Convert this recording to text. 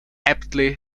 aptly